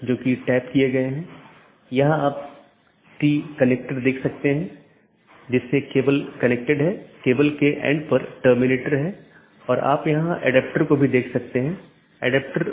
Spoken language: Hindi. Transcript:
और जब यह विज्ञापन के लिए होता है तो यह अपडेट संदेश प्रारूप या अपडेट संदेश प्रोटोकॉल BGP में उपयोग किया जाता है हम उस पर आएँगे कि अपडेट क्या है